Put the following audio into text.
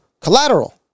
collateral